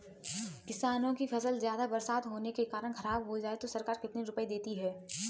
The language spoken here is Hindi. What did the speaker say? किसानों की फसल ज्यादा बरसात होने के कारण खराब हो जाए तो सरकार कितने रुपये देती है?